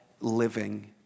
living